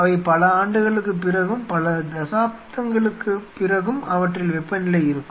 அவை பல ஆண்டுகளுக்குப் பிறகும் பல தசாப்தங்களுக்குப் பிறகும் அவற்றில் வெப்பநிலை இருக்கும்